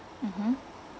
mmhmm